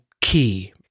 KEY